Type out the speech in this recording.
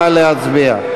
נא להצביע.